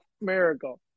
miracle